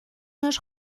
nas